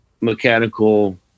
mechanical